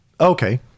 okay